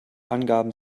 angaben